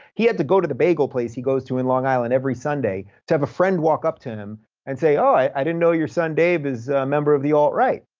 he had to go to the bagel place he goes to in long island every sunday to have a friend walk up to him and say, oh, i didn't know your son, dave, is a member of the alt right.